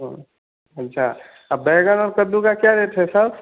हाँ अच्छा अब बैंगन और कद्दू का क्या रेट है सर